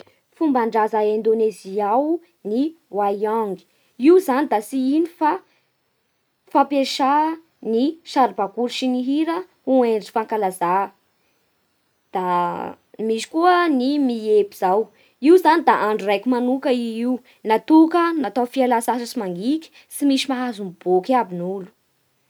Fomban-draza a Indonezia ao ny wayang. Io zany da tsy ino fa fampiasà ny saribakoly sy ny hira ho endrim-pankalazà. Da misy koa ny nyepy izao. Io zany da andro raiky manoka i io, natoka natao fialan-tsasatsy mangitsy tsy misy mahazo miboaky iaby ny olo.